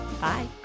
Bye